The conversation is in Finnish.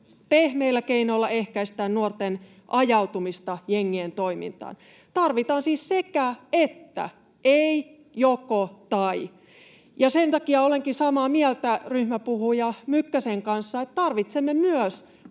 Pehmeillä keinoilla ehkäistään nuorten ajautumista jengien toimintaan. Tarvitaan siis sekä—että, ei joko—tai. Ja sen takia olenkin samaa mieltä ryhmänjohtaja Mykkäsen kanssa, että tarvitsemme myös